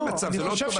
אין מצב, זה לא אותו מצב.